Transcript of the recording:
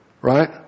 right